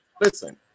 Listen